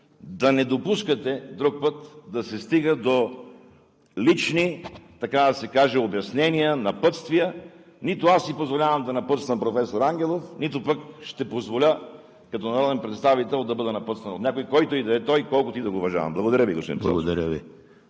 да не допускате друг път да се стига до лични, така да се каже, обяснения, напътствия. Нито аз си позволявам да напътствам професор Ангелов, нито пък ще позволя като народен представител да бъда напътстван от някого – който и да е той, колкото и да го уважавам. Благодаря, Ви господин